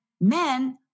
men